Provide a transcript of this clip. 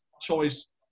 choice